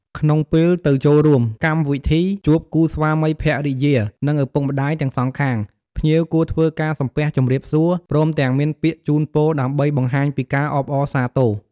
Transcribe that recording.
ក្នុងពេលទៅចូលរួមកម្មវិធី ជួបគូស្វាមីភរិយា និងឪពុកម្ដាយទាំងសងខាង ភ្ញៀវគួរធ្វើការសំពះជម្រាបសួរ ព្រមទាំងមានពាក្យជូនពរ ដើម្បីបង្ហាញពីការអបអរសាទរ។